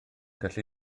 gallu